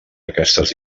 aquestes